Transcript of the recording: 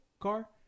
car